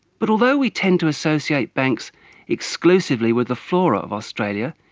but although we tend to associate banks exclusively with the flora of australia,